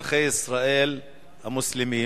אזרחי ישראל המוסלמים